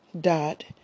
dot